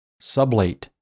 sublate